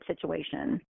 situation